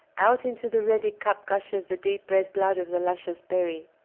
out into the ready cup gushes the deep-red blood of the luscious berry.